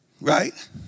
Right